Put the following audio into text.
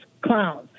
clowns